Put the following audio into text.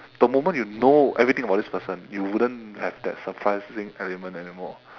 the moment you know everything everything about this person you wouldn't have that surprising element anymore